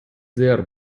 there